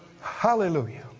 Hallelujah